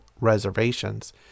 reservations